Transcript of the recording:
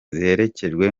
ziherekejwe